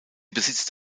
besitzt